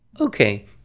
Okay